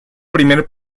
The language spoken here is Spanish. primer